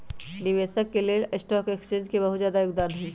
निवेशक स के लेल स्टॉक एक्सचेन्ज के बहुत जादा योगदान हई